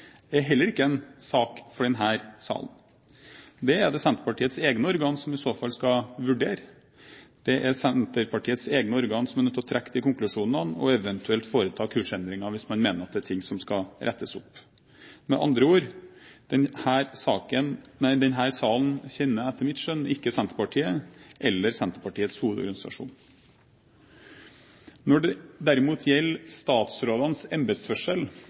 er heller ikke en sak for denne salen. Det er det Senterpartiets egne organer som i så fall skal vurdere. Det er Senterpartiets egne organer som er nødt til å trekke de konklusjonene og eventuelt foreta kursendringer hvis man mener at det er ting som skal rettes opp. Med andre ord: Denne salen kjenner etter mitt skjønn ikke Senterpartiet eller Senterpartiets hovedorganisasjon. Når det derimot gjelder